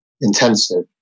intensive